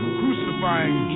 crucifying